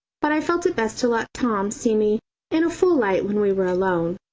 but i felt it best to let tom see me in a full light when we were alone.